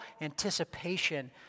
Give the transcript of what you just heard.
anticipation